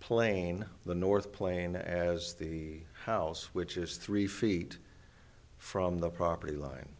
plane the north plain as the house which is three feet from the property line